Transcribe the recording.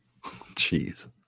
Jeez